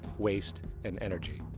waste and energy.